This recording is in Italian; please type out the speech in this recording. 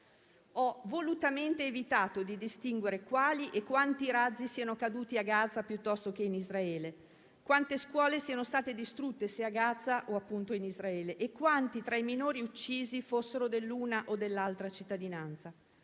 Ho volutamente evitato di distinguere quali e quanti razzi siano caduti a Gaza o in Israele, quante scuole siano state distrutte a Gaza o in Israele, o quanti tra i minori uccisi fossero dell'una o dell'altra cittadinanza.